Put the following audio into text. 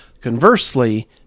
Conversely